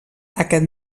aquest